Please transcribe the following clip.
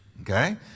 Okay